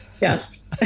Yes